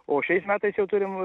o šiais metais jau turim